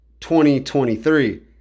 2023